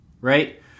right